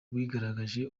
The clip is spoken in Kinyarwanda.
wigaragaje